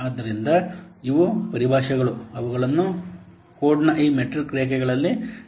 ಆದ್ದರಿಂದ ಇವು ಪರಿಭಾಷೆಗಳು ಅವುಗಳನ್ನು ಕೋಡ್ನ ಈ ಮೆಟ್ರಿಕ್ ರೇಖೆಗಳಲ್ಲಿ ಬಳಸಲಾಗುತ್ತದೆ